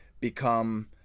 become